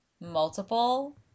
multiple